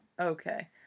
Okay